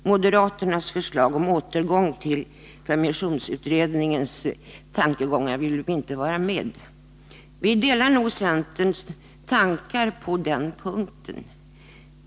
Moderaternas förslag om en återgång till permissionsutredningens tankegångar vill vi inte vara med på.